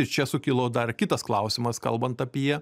ir čia sukilo dar kitas klausimas kalbant apie